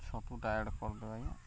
ଛତୁଟା ଏଡ଼୍ କରିଦେବେ ଆଜ୍ଞା